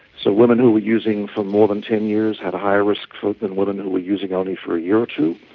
so women who were using for more than ten years had a higher risk than women who were using only for a year or two.